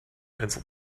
pencil